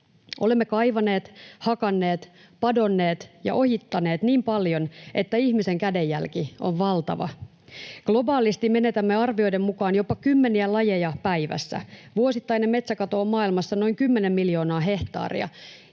Olemme kaivaneet, hakanneet, padonneet ja ojittaneet niin paljon, että ihmisen kädenjälki on valtava. Globaalisti menetämme arvioiden mukaan jopa kymmeniä lajeja päivässä. Vuosittainen metsäkato on maailmassa noin 10 miljoonaa hehtaaria,